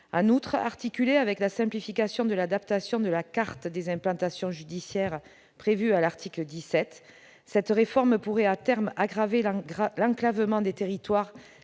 En outre, articulée avec la simplification de l'adaptation de la carte des implantations judiciaires prévue à l'article 17, cette réforme pourrait à terme aggraver l'enclavement des territoires